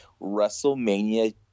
WrestleMania